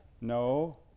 No